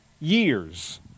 years